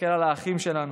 נסתכל על האחים שלנו,